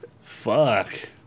Fuck